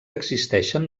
existeixen